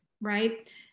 right